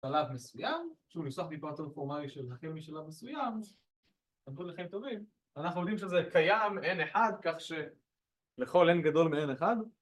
‫שלב מסוים. ‫עכשיו הוא נפסח טיפה טרופורמלי ‫של רכב משלב מסוים. ‫תודה לכם טובים. ‫אנחנו יודעים שזה קיים, N אחד, ‫כך שלכל N גדול מ-N אחד.